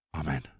Amen